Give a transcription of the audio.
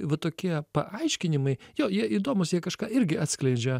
va tokie paaiškinimai jo jie įdomūs jie kažką irgi atskleidžia